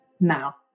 now